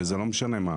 וזה לא משנה מה.